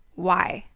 why?